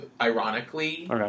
ironically